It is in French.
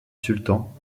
sultan